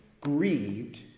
grieved